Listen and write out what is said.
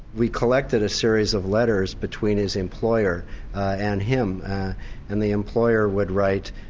we collected a series of letters between his employer and him and the employer would write,